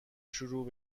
شروع